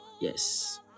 Yes